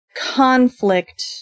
conflict